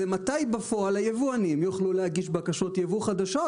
זה מתי בפועל היבואנים יוכלו להגיש בקשות יבוא חדשות?